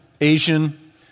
Asian